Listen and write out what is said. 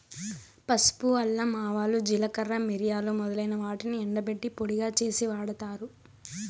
పసుపు, అల్లం, ఆవాలు, జీలకర్ర, మిరియాలు మొదలైన వాటిని ఎండబెట్టి పొడిగా చేసి వాడతారు